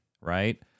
right